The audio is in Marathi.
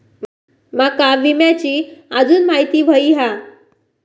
माका विम्याची आजून माहिती व्हयी हा?